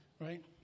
right